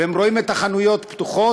והם רואים את החנויות פתוחות,